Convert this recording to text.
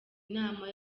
inama